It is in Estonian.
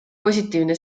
positiivne